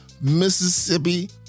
Mississippi